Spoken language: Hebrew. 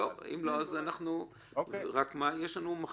יש לנו מחלוקת.